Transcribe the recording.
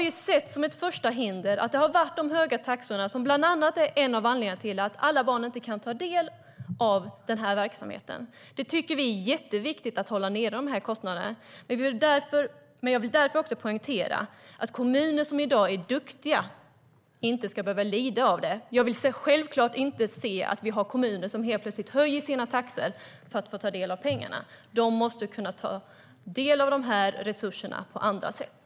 Vi har sett att ett första hinder är de höga taxorna, som är en av anledningarna till att alla barn inte kan ta del av denna verksamhet. Vi tycker att det är jätteviktigt att hålla nere dessa kostnader. Men jag vill därför också poängtera att kommuner som i dag är duktiga inte ska behöva lida av det. Jag vill självklart inte se att vi har kommuner som helt plötsligt höjer sina taxor för att få ta del av pengarna. De måste kunna få ta del av dessa resurser på andra sätt.